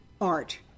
art